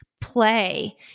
play